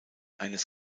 eines